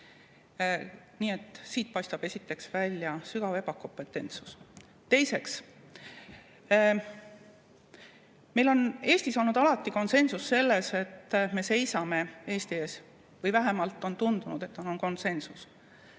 esiteks paistab siit välja sügav ebakompetentsus. Teiseks. Meil on Eestis olnud alati konsensus selles, et me seisame [Ukraina] eest, või vähemalt on tundunud, et on konsensus.